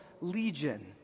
legion